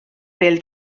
bêl